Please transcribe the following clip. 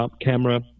camera